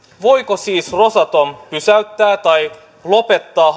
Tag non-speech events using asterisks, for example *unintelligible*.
voiko siis rosatom pysäyttää tai lopettaa *unintelligible*